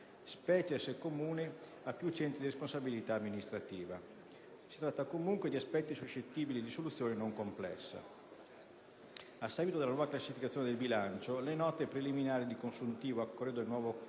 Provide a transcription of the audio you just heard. specie se comuni a più centri di responsabilità amministrativa. Si tratta comunque di aspetti suscettibili di soluzione non complessa. A seguito della nuova classificazione del bilancio, le note preliminari di consuntivo a corredo del conto